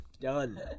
Done